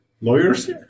Lawyers